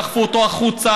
דחפו אותו החוצה,